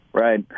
Right